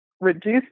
reduce